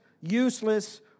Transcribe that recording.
useless